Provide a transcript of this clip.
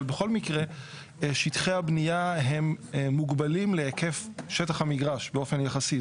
אבל בכל מקרה שטחי הבניה הם מוגבלים להיקף שטח המגרש באופן יחסי.